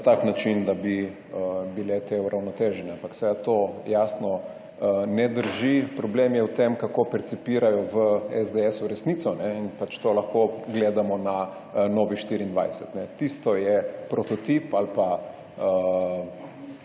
na tak način, da bi bile te uravnotežene, ampak vse to jasno ne drži. Problem je v tem, kako percipirajo v SDS resnico in pač to lahko gledamo na Novi24. Tisto je prototip ali pa